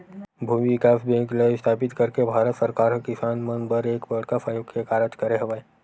भूमि बिकास बेंक ल इस्थापित करके भारत सरकार ह किसान मन बर एक बड़का सहयोग के कारज करे हवय